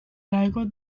largo